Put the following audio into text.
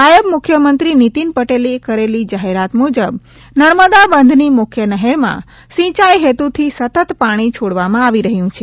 નાયબ મુખ્યમંત્રી નીતિન પટેલે કરેલી જાહેરાત મુજબ નર્મદા બંધની મુખ્ય નહેરમાં સિંચાઈ હેતુથૂી સતત પાણી છોડવામાં આવી રહ્યું છે